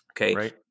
okay